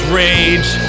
rage